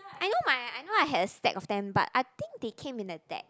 I know my I know I had stack of stamp but I think they came in a deck